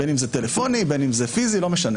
בין אם זה טלפוני, בין אם זה פיסי, לא משנה.